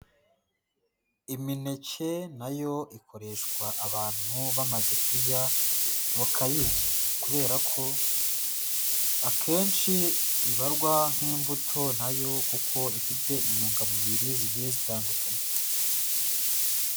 Imineke na yo ikoreshwa abantu bamaze kurya, bakayirya kubera ko akenshi ibarwa nk'imbuto nayo kuko ifite intungamubiri zigiye zitandukanye.